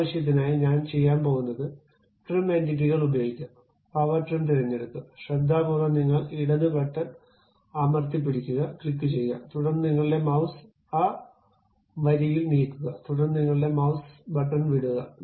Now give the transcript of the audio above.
ആ ആവശ്യത്തിനായി ഞാൻ ചെയ്യാൻ പോകുന്നത് ട്രിം എന്റിറ്റികൾ ഉപയോഗിക്കുക പവർ ട്രിം തിരഞ്ഞെടുക്കുക ശ്രദ്ധാപൂർവ്വം നിങ്ങളുടെ ഇടത് ബട്ടൺ അമർത്തിപ്പിടിക്കുക ക്ലിക്കുചെയ്യുക തുടർന്ന് നിങ്ങളുടെ മൌസ് ആ വരിയിൽ നീക്കുക തുടർന്ന് നിങ്ങളുടെ മൌസ്ബട്ടൺ വിടുക